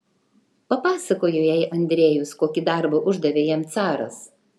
papasakojo jai andrejus kokį darbą uždavė jam caras